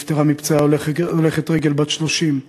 נפטרה מפצעיה הולכת רגל בת 30,